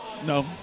No